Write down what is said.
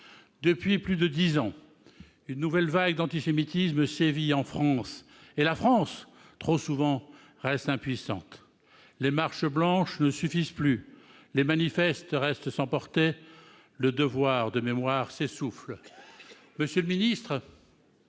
Depuis plus de dix ans, une nouvelle vague d'antisémitisme sévit en France, et la France, trop souvent, reste impuissante. Les marches blanches ne suffisent plus, les manifestes restent sans portée, le devoir de mémoire s'essouffle ... Monsieur le ministre,